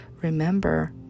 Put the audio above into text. Remember